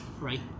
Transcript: Right